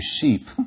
sheep